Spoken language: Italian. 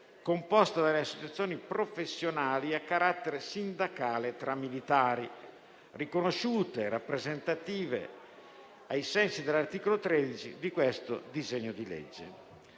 composta dalle associazioni professionali a carattere sindacale tra militari riconosciute e rappresentative ai sensi dell'articolo 13 di questo disegno di legge.